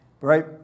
right